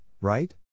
right